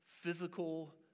physical